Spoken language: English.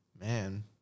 man